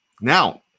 Now